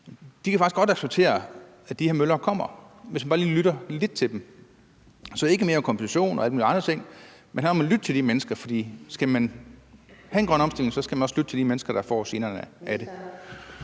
De kan faktisk godt acceptere, at de her møller kommer, hvis man altså bare lige lytter lidt til dem. Så det drejer sig ikke om mere i kompensation og alle mulige andre ting, men om at lytte til de mennesker, for skal man have en grøn omstilling, skal man også lytte til de mennesker, der får generne af den.